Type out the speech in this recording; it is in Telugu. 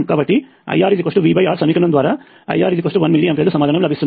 కాబట్టి IRVR సమీకరణము ద్వారా IR 1 మిల్లీ ఆంపియర్లు సమాధానం లభిస్తుంది